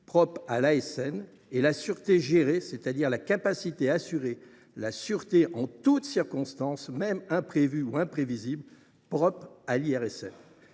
propre à l’ASN, et la sûreté « gérée », c’est à dire la capacité à assurer la sûreté dans toutes les circonstances, même imprévues ou imprévisibles, propre à l’IRSN.